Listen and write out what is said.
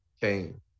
came